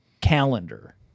calendar